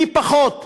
מי פחות,